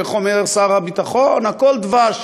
איך אומר שר הביטחון: הכול דבש.